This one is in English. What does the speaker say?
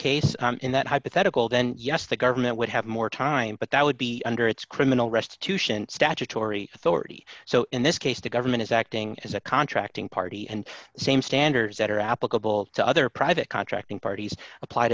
case in that hypothetical then yes the government would have more time but that would be under its criminal restitution statutory authority so in this case the government is acting as a contracting party and the same standards that are applicable to other private contracting parties apply